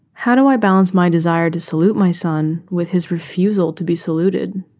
how do i balance my desire to salute my son with his refusal to be saluted?